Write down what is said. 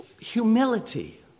humility